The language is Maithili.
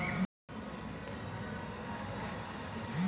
भुगतान सुरक्षा बीमा के उपयोग विभिन्न व्यापारी करैत अछि